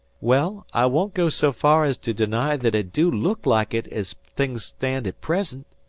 well, i won't go so far as to deny that it do look like it as things stand at present,